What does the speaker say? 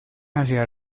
hacia